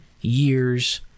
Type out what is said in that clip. years